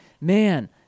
man